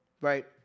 right